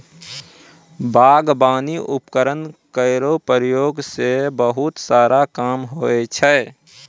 बागबानी उपकरण केरो प्रयोग सें बहुत सारा काम होय छै